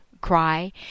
cry